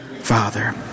Father